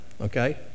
okay